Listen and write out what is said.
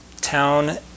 town